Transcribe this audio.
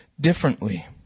differently